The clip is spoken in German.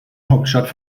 hauptstadt